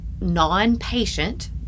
non-patient